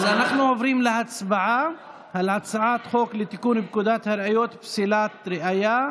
אז אנחנו עוברים להצבעה על הצעת חוק לתיקון פקודת הראיות (פסילת ראיה),